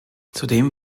zudem